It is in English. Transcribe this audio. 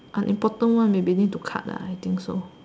unimportant one they may need to cut lah I think so